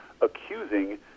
accusing